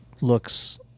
looks